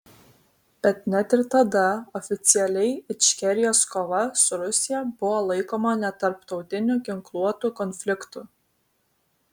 bet net ir tada oficialiai ičkerijos kova su rusija buvo laikoma netarptautiniu ginkluotu konfliktu